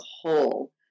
whole